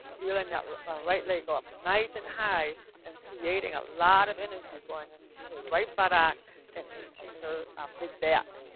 feeling that right leg up nice and high and creating a lot of energy going into her right buttocks and into her mid back.